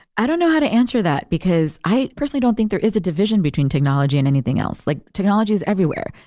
i don't know how to answer that, because i personally don't think there is a division between technology and anything else like technology is everywhere.